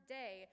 day